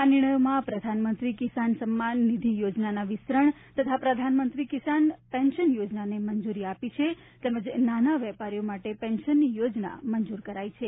આ નિર્ણયોમાં પ્રધાનમંત્રી કિસાન સમ્માન નિધિ યોજનાના વિસ્તરણ તથા પ્રધાનમંત્રી કિસાન પેન્શન યોજનાને મંજૂરી આપી છે તેમજ નાના વેપારીઓ માટે પેન્શનની યોજના મંજુર કરાઈ છે